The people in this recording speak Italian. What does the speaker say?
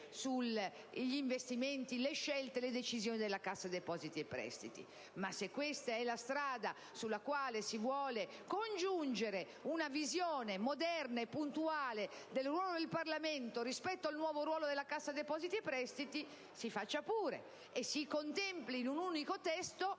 sugli investimenti, le scelte e le decisioni della Cassa depositi e prestiti. Se questa è la strada per la quale si vuole arrivare a congiungere una visione moderna e puntuale del ruolo del Parlamento con il nuovo ruolo della Cassa depositi e prestiti, si faccia pure, e si contempli in un unico testo